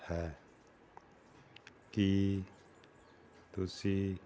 ਹੈ ਕੀ ਤੁਸੀਂ